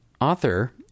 author